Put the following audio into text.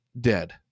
dead